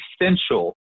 essential